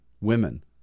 women